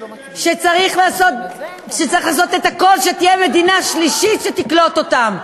שצריך לעשות את הכול שתהיה מדינה שלישית שתקלוט אותם.